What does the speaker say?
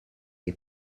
est